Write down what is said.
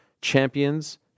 champions